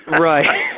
Right